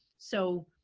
so